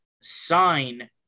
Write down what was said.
sign